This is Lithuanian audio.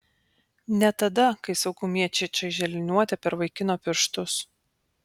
ne tada kai saugumiečiai čaižė liniuote per vaikino pirštus